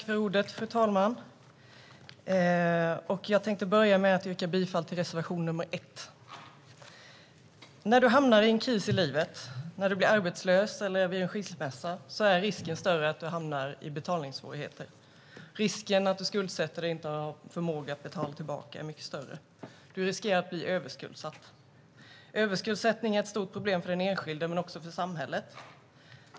Fru talman! Jag börjar med att yrka bifall till reservation nr 1. När man hamnar i en kris i livet, när man blir arbetslös eller vid en skilsmässa är risken större att man hamnar i betalningssvårigheter. Risken att man skuldsätter sig och inte har förmåga att betala tillbaka är mycket större. Man riskerar att bli överskuldsatt. Överskuldsättning är ett stort problem för den enskilde men också för samhället.